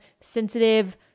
sensitive